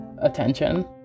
attention